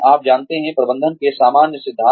आप जानते हैं प्रबंधन के सामान्य सिद्धांत